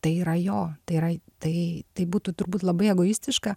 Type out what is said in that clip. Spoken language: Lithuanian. tai yra jo tai yra tai tai būtų turbūt labai egoistiška